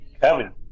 Kevin